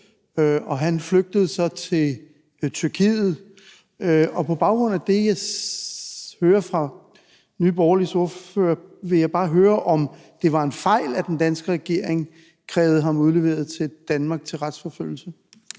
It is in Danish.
flygtede så til Tyrkiet. På baggrund af det, jeg hører fra Nye Borgerliges ordfører, vil jeg bare spørge, om det var en fejl, at den danske regering krævede ham udleveret til Danmark til retsforfølgelse.